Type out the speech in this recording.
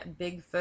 Bigfoot